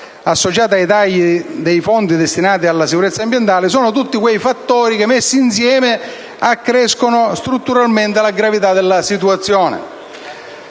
associati ai tagli dei fondi destinati alla sicurezza ambientale, sono tutti fattori che messi insieme accrescono strutturalmente la gravità della situazione.